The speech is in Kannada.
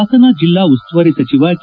ಹಾಸನ ಜಿಲ್ಲಾ ಉಸ್ತುವಾರಿ ಸಚಿವ ಕೆ